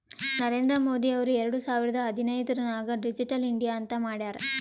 ನರೇಂದ್ರ ಮೋದಿ ಅವ್ರು ಎರಡು ಸಾವಿರದ ಹದಿನೈದುರ್ನಾಗ್ ಡಿಜಿಟಲ್ ಇಂಡಿಯಾ ಅಂತ್ ಮಾಡ್ಯಾರ್